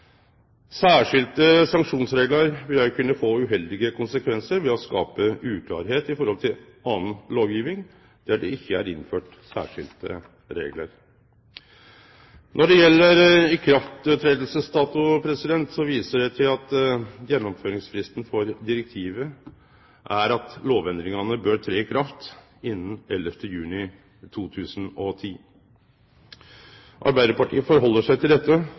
Særskilde sanksjonsreglar vil kunne få uheldige konsekvensar ved å skape uklarleik i forhold til anna lovgjeving der det ikkje er innført særskilde reglar. Når det gjeld dato for når lova blir sett i verk, viser eg til at gjennomføringsfristen for direktivet er at lovendringane bør tre i kraft innan 11. juni 2010. Arbeidarpartiet held seg til dette